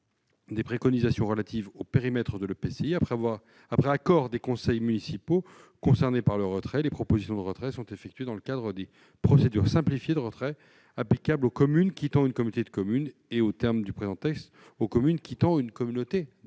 des préconisations relatives au périmètre de l'EPCI. Après accord des conseils municipaux concernés par le retrait, les propositions de retrait sont effectuées dans le cadre des procédures simplifiées de retrait applicables aux communes quittant une communauté de communes et, aux termes du présent texte, aux communes quittant une communauté